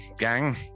gang